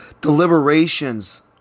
deliberations